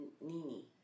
Nini